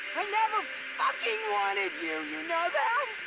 i never fucking wanted you, you know that!